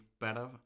better